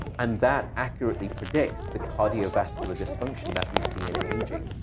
and that accurately predicts the cardiovascular dysfunction that we see in aging.